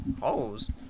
Holes